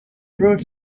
through